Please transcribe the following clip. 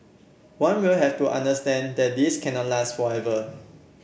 one will have to understand that this cannot last forever